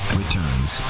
returns